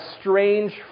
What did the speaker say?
strange